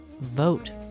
vote